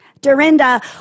Dorinda